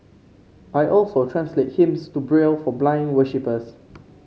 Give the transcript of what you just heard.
I also translate hymns to Braille for blind worshippers